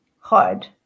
hard